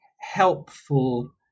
helpful